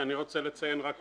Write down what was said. אני רוצה לציין רק